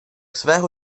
svého